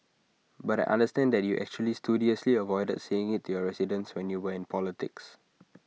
but I understand that you actually studiously avoided saying IT to your residents when you when politics